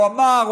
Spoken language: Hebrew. הוא אמר,